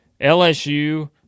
LSU